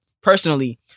personally